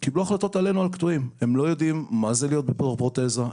הם לא יודעים מה זה להיות בתוך פרוטזה,